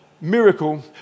miracle